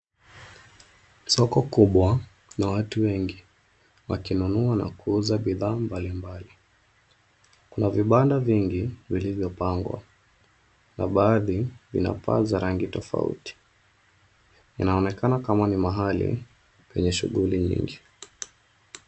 Soko kubwa na watu wengi wakinunua na kuuza bidhaa mbali mbali. Kuna vibanda vingi vilivyopangwa na baadhi vina paa za rangi tofauti. Inaonekana kama ni mahali penye shughuli nyingi.